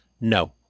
No